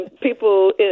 people